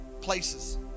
places